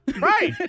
right